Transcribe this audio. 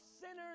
sinners